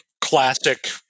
classic